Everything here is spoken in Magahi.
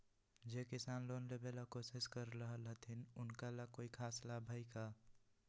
जे किसान लोन लेबे ला कोसिस कर रहलथिन हे उनका ला कोई खास लाभ हइ का?